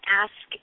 ask